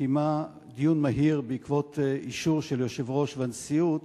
שקיימה דיון מהיר בעקבות אישור של היושב-ראש והנשיאות,